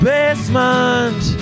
Basement